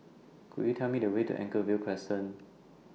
Could YOU Tell Me The Way to Anchorvale Crescent